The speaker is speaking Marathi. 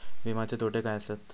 विमाचे तोटे काय आसत?